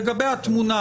לגבי התמונה,